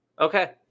Okay